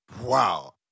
Wow